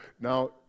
Now